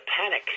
panic